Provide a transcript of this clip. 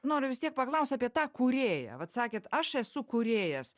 noriu vis tiek paklaust apie tą kūrėją vat sakėt aš esu kūrėjas